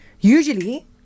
Usually